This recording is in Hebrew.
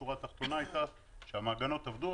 השורה התחתונה שהמעגנות עבדו,